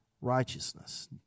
righteousness